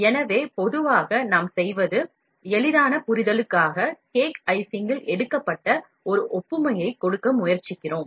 எனவே பொதுவாக நாம் செய்வது எளிதான புரிதலுக்காக Cake Icing கில் எடுக்கப்பட்ட ஒரு ஒப்புமையை கொடுக்க முயற்சிக்கிறோம்